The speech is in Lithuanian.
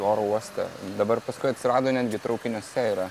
oro uoste dabar paskui atsirado netgi traukiniuose yra